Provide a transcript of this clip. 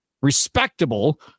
respectable